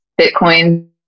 Bitcoin